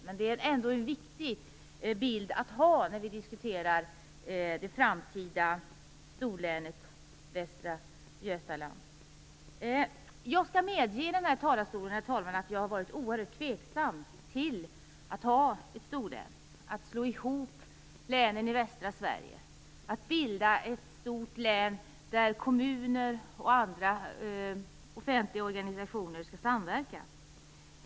Men det är ändå en viktig bild att ha med sig när vi diskuterar det framtida storlänet Västra Jag skall medge att jag har varit oerhört tveksam till att ha ett storlän, att slå ihop länen i västra Sverige, att bilda ett stort län där kommuner och offentliga organisationer skall samverka.